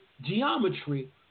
geometry